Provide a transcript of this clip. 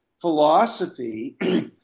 philosophy